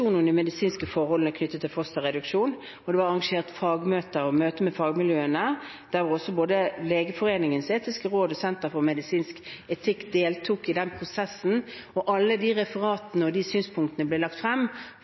med fagmiljøene, der både Legeforeningens etiske råd og Senter for medisinsk etikk deltok i den prosessen, og alle de referatene og de synspunktene ble lagt